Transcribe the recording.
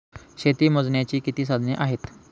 शेती मोजण्याची किती साधने आहेत?